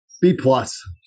B-plus